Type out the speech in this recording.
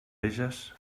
veges